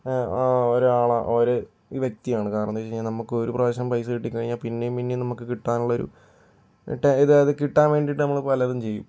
ആ ഒരാള് ഒരു വ്യക്തിയാണ് കാരണം എന്ന് വെച്ചുകഴിഞ്ഞാൽ നമുക്ക് ഒരു പ്രാവശ്യം പൈസ കിട്ടിക്കഴിഞ്ഞാൽ പിന്നെയും പിന്നെയും നമുക്ക് കിട്ടാനുള്ള അത് കിട്ടാൻ വേണ്ടി നമ്മൾ പലതും ചെയ്യും